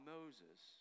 Moses